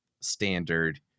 standard